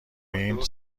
این